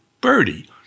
birdie